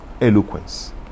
eloquence